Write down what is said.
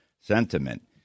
sentiment